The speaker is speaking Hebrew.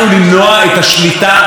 יהיה מאגר לקטורים רחב,